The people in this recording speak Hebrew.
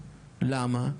למה?